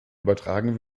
übertragen